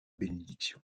bénédiction